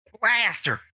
Blaster